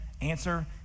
Answer